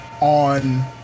on